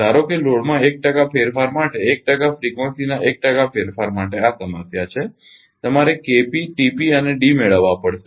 ધારોકે લોડમાં 1 ટકા ફેરફાર માટે 1 ટકા ફ્રિકવન્સીના 1 ટકા ફેરફાર માટે આ સમસ્યા છે તમારે અને D મેળવવા પડશે